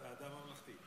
ועדה ממלכתית.